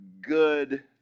good